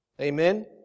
Amen